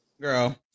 Girl